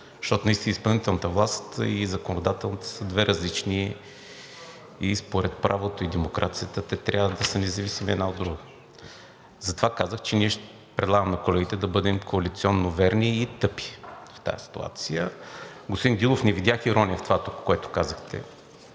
защото наистина изпълнителната и законодателната власт са две различни власти и според правото и демокрацията те трябва да са независими една от друга. Затова казах, че предлагам на колегите да бъдем коалиционно верни и тъпи в тази ситуация. Господин Дилов, не видях ирония в това, което казахте.